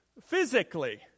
physically